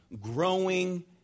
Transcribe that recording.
growing